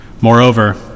Moreover